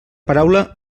paraula